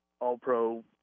all-pro